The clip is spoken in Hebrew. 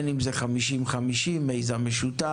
אם זה 50-50, אם זה מיזם משותף,